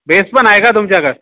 dress पण आहे का तुमच्याकडे